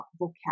vocab